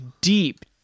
deep